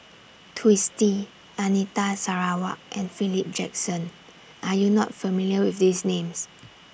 Twisstii Anita Sarawak and Philip Jackson Are YOU not familiar with These Names